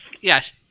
Yes